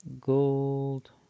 Gold